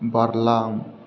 बारलां